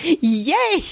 Yay